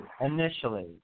initially